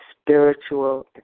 spiritual